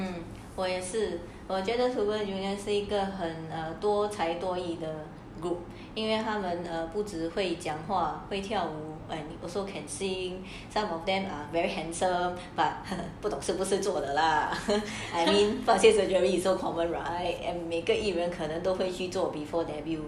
um 我也是我觉得 super junior 是一个很多才多艺因为他们 err 不只会讲话会跳舞 also can seeing some of them are very handsome but 不懂是不是做的 lah I mean first day surgery is so common right and 每个艺人可能都会去做 before debut